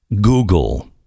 google